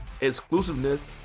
exclusiveness